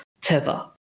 tether